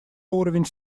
уровень